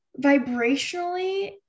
vibrationally